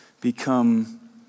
become